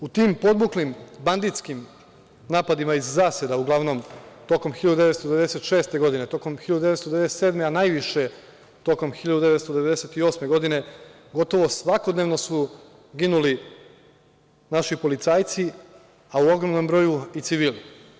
U tim podmuklim banditskim napadima iz zaseda uglavnom, tokom 1996. godine, tokom 1997, a najviše tokom 1998. godine, gotovo svakodnevno su ginuli naši policajci, a u ogromnom broju i civili.